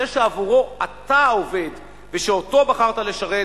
זה שעבורו אתה עובד ושאותו בחרת לשרת,